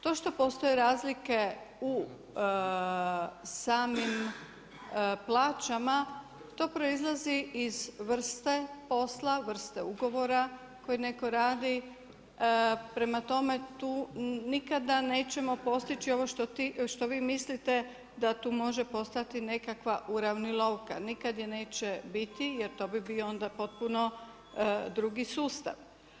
To što postoje razlike u samim plaćama, to proizlazi iz vrste posla, vrste ugovora koji netko radi, prema toma nikada nećemo postići ovo što vi mislite da tu može postati nekakva uravnilovka, nikad je neće biti jer bi bio onda potpuno drugi sustav.